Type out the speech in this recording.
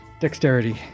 Dexterity